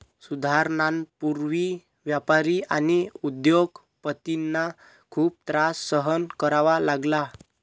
सुधारणांपूर्वी व्यापारी आणि उद्योग पतींना खूप त्रास सहन करावा लागला